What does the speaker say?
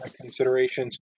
considerations